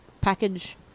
package